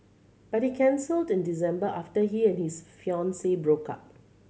but he cancelled in December after he and his fiancee broke up